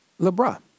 LeBron